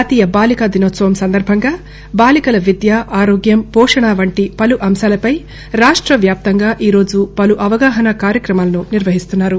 జాతీయ బాలిక దినోత్సవం సందర్బంగా బాలిక విద్య ఆరోగ్యం పోషణ వంటి పలు అంశాలపై రాష్ట్రవ్యాప్తంగా ఈ రోజు పలు అవగాహన కార్యక్రమాలను నిర్వహిస్తున్నారు